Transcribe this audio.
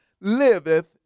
liveth